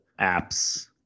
apps